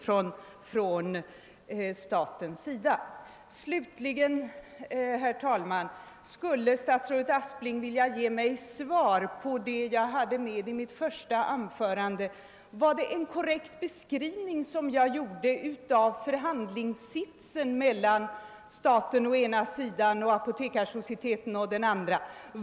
Slutligen vill jag fråga statsrådet Aspling: Skulle statsrådet vilja svara på vad jag sade i mitt första anförande? Var det en korrekt beskrivning jag gjorde av förhandlingssitsen mellan staten å ena sidan och Apotekarsocieteten å den andra?